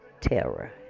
terror